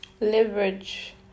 leverage